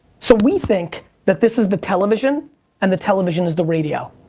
so we think that this is the television and the television is the radio.